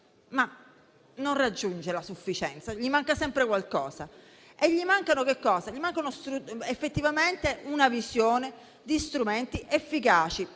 ma non raggiunge la sufficienza, perché gli manca sempre qualcosa. Gli manca effettivamente una visione di strumenti efficaci